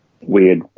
weird